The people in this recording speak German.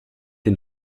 den